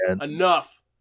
Enough